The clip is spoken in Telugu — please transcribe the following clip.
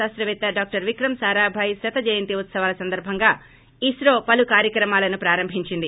శాస్తపేత్త డాక్టర్ విక్రమ్ సారాభాయ్ శత జయంతి ఉత్సవాల సందర్భంగా ఇస్రో పలు కార్యక్రమాలను ప్రారంభించింది